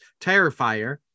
terrifier